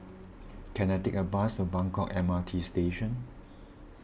can I take a bus to Buangkok M R T Station